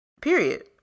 period